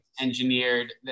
engineered